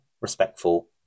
respectful